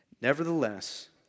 Nevertheless